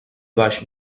baix